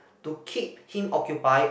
to keep him occupied